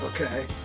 Okay